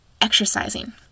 exercising